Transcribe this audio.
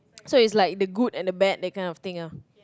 so is like the good and the bad that kind of thing ah